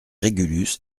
régulus